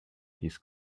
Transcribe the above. his